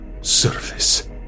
service